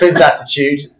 attitude